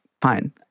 Fine